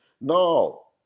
No